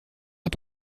und